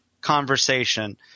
conversation